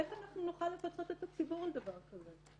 איך נוכל לפצות את הציבור על דבר כזה?